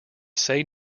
say